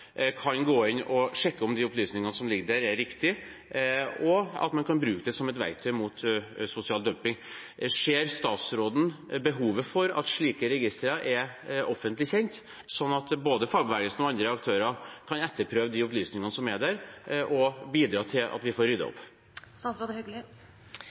kan gå inn og sjekke om opplysningene som ligger der, er riktige, og man kan bruke det som et verktøy mot sosial dumping. Ser statsråden behovet for at slike registre er offentlig kjent, sånn at både fagbevegelsen og andre aktører kan etterprøve opplysningene som er der, og bidra til at vi får ryddet